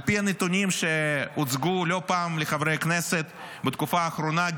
על פי הנתונים שהוצגו לא פעם לחברי הכנסת בתקופה האחרונה,